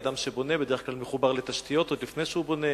אדם שבונה בדרך כלל מחובר לתשתיות עוד לפני שהוא בונה,